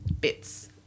bits